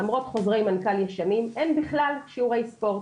למרות חוזרי מנכ"לים שנים אין בכלל שיעורי ספורט.